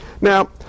Now